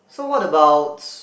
so what about